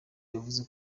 yavuze